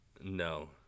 No